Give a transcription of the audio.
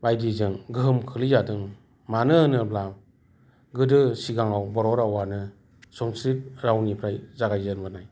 बायदिजों गोहोम खोख्लैजादों मानो होनोब्ला गोदो सिगाङाव बर' रावानो संस्कृत रावनिफ्राय जागाय जेनबोनाय